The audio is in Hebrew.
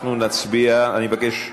אני מבקש,